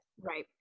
right